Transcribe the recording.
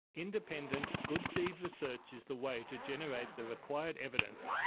independent good deed research is the way to generate the required evidence,